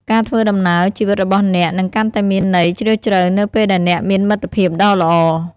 ការធ្វើដំណើរជីវិតរបស់អ្នកនឹងកាន់តែមានន័យជ្រាលជ្រៅនៅពេលដែលអ្នកមានមិត្តភាពដ៏ល្អ។